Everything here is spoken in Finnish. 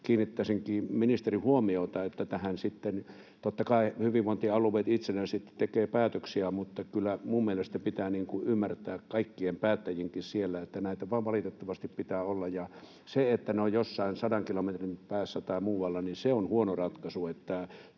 Kiinnittäisinkin ministerin huomiota tähän. Totta kai hyvinvointialueet itsenäisesti tekevät päätöksiä, mutta kyllä mielestäni pitää ymmärtää kaikkien päättäjienkin siellä, että näitä vain valitettavasti pitää olla, ja se, että ne ovat jossain sadan kilometrin päässä tai muualla, on huono ratkaisu.